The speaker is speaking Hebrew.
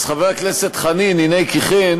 אז, חבר הכנסת חנין, הנה כי כן,